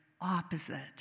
opposite